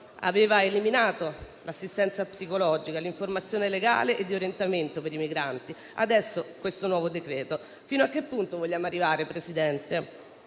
aveva eliminato l'assistenza psicologica, l'informazione legale e di orientamento per i migranti. Adesso, vi è questo nuovo decreto: ma fino a che punto vogliamo arrivare, signora